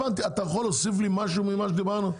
אתה יכול להוסיף לי משהו ממה שדיברנו?